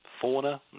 fauna